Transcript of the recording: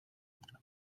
altra